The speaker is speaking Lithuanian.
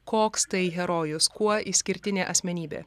koks tai herojus kuo išskirtinė asmenybė